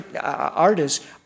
artists